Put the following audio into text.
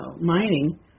mining